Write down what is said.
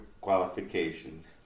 qualifications